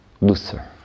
looser